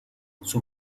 sus